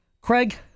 Craig